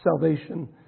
salvation